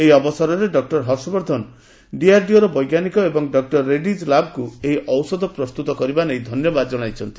ଏହି ଅବସରରେ ଡକୁର ହର୍ଷବର୍ଦ୍ଧନ ଡିଆର୍ଡିଓର ବୈଜ୍ଞାନିକ ଏବଂ ଡକୁର ରେଡି ଲ୍ୟାବ୍କୁ ଏହି ଔଷଧ ପ୍ରସ୍ତୁତ କରିବା ନେଇ ଧନ୍ୟବାଦ ଜଣାଇଛନ୍ତି